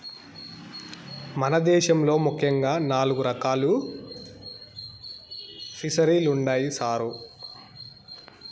మన దేశంలో ముఖ్యంగా నాలుగు రకాలు ఫిసరీలుండాయి సారు